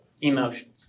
emotions